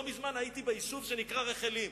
לא מזמן הייתי ביישוב שנקרא רחלים,